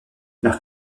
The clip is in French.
leur